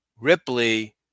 Ripley